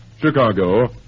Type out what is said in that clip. Chicago